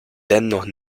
dennoch